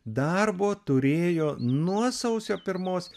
darbo turėjo nuo sausio pirmos